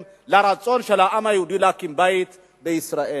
לרצון של העם היהודי להקים בית בישראל.